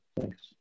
thanks